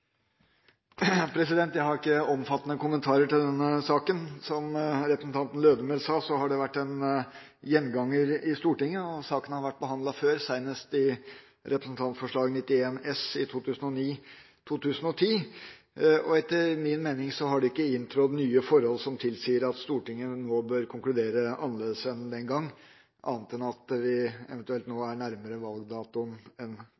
Lødemel sa, har det vært en gjenganger i Stortinget. Saken har vært behandlet før, senest i Representantforslag 91 S for 2009–2010. Etter min mening har det ikke inntrådt nye forhold som tilsier at Stortinget nå bør konkludere annerledes enn den gang – annet enn eventuelt at man nå er nærmere valgdatoen enn